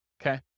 okay